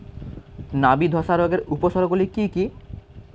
নাবি ধসা রোগের উপসর্গগুলি কি কি?